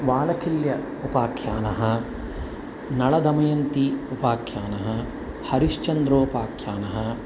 वालखिल्य उपाख्यानं नलदमयन्ति उपाख्यानं हरिश्चन्द्रोपाख्यानम्